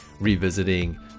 revisiting